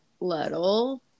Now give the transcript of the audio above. little